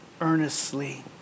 earnestly